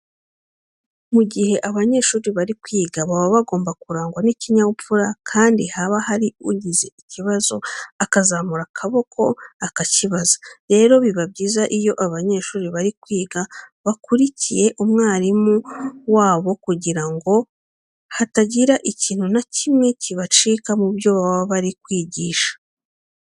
Mu gihe abanyeshuri bari kwiga baba bagomba kurangwa n'ikinyabupfura kandi haba hari ugize ikibazo akazamura akabako akakibaza. Rero biba byiza iyo abanyeshuri bari kwiga bakurikiye umwarimu wabo kugira ngo hatagira ikintu na kimwe kibacika mu byo baba bari kwigisha.